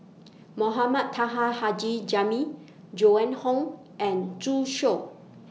Mohamed Taha Haji Jamil Joan Hon and Zhu Xiu